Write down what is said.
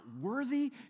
worthy